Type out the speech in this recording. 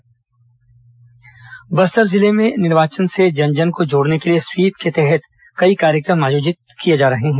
SVEEP कार्यक्रम बस्तर जिले में निर्वाचन से जन जन को जोड़ने के लिए स्वीप के तहत कई कार्यक्रम आयोजित किए जा रहे हैं